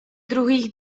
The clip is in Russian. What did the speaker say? других